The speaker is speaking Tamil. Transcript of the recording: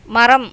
மரம்